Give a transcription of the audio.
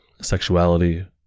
sexuality